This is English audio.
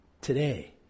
today